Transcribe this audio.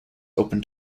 open